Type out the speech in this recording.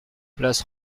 place